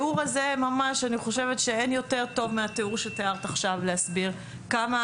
אין יותר טוב מהתיאור שסיפרת עכשיו כדי להסביר כמה